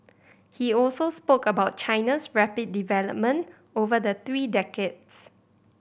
he also spoke about China's rapid development over the three decades